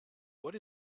what